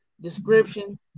description